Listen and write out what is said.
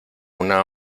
una